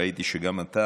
ראיתי שגם אתה